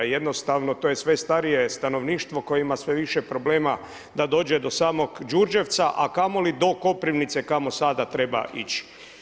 Jednostavno to je sve starije stanovništvo koje ima sve više problema da dođe do samog Đurđevca a kamoli do Koprivnice kamo sada treba ići.